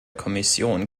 kommission